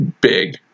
big